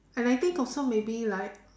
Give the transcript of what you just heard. and I think also maybe like